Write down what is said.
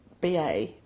BA